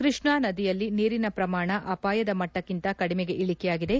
ಕೃಷ್ಣಾ ನದಿಯಲ್ಲಿ ನೀರಿನ ಪ್ರಮಾಣ ಅಪಾಯದ ಮಟ್ಟಕ್ಕಿಂತ ಕಡಿಮೆಗೆ ಇಳಿಕೆಯಾಗಿದೆ